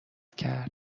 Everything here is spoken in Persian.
کرد